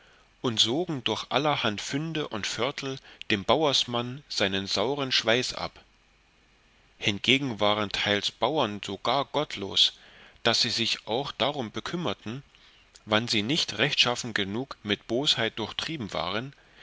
und sogen durch allerhande fünde und vörtel dem bauersmann seinen sauren schweiß ab hingegen waren teils bauren so gar gottlos daß sie sich auch darum bekümmerten wann sie nicht rechtschaffen genug mit bosheit durchtrieben waren